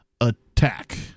attack